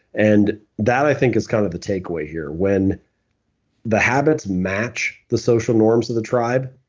and that i think is kind of the takeaway here. when the habits match the social norms of the tribe,